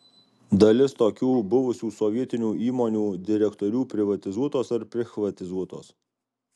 dalis tokių buvusių sovietinių įmonių direktorių privatizuotos ar prichvatizuotos